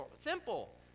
simple